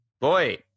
Boy